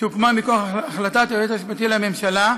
שהוקמה מכוח החלטת היועץ המשפטי לממשלה,